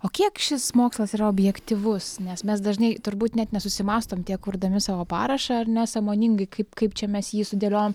o kiek šis mokslas yra objektyvus nes mes dažnai turbūt net nesusimąstom tiek kurdami savo parašą ar ne sąmoningai kaip kaip čia mes jį sudėliojom